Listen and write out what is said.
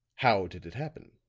how did it happen?